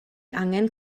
angen